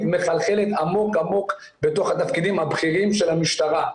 מחלחלת עמוק עמוק בתוך התפקידים הבכירים של המשטרה.